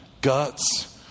Guts